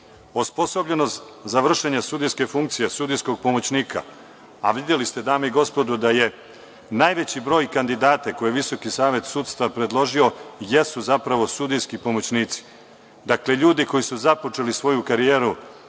ophođenja. Osposobljenost za vršenje sudijske funkcije, sudijskog pomoćnika, a videli ste, dame i gospodo, da je najveći broj kandidata koje je Visoki savet sudstva predložio jesu zapravo sudijski pomoćnici. Dakle, ljudi koji su započeli svoju karijeru